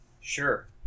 Sure